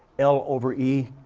l over e